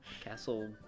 castle